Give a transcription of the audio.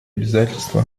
обязательства